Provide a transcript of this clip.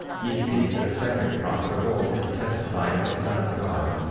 ye see that a second prophet of old has testified of the son of god,